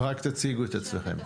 רק תציגו את עצמכם.